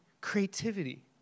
creativity